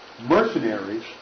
mercenaries